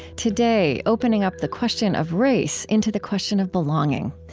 today, opening up the question of race into the question of belonging.